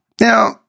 Now